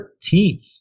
13th